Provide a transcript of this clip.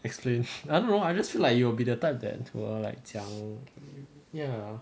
explain I don't know I just feel like you will be the type that to ah like 讲 ya